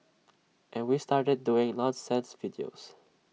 and we started doing nonsense videos